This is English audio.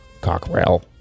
Cockrell